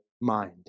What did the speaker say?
mind